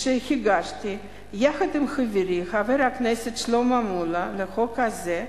שהגשתי יחד עם חברי חבר הכנסת שלמה מולה לחוק הזה,